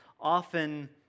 often